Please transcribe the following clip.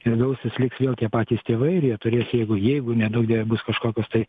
ir gausis lyg vėl tie patys tėvai ir jie turės jeigu jeigu neduok dieve bus kažkokios tai